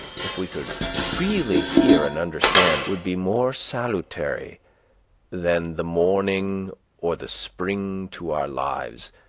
if we could really hear and understand, would be more salutary than the morning or the spring to our lives,